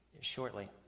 shortly